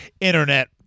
internet